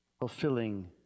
fulfilling